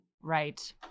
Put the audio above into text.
Right